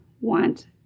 want